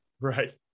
Right